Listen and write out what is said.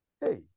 Hey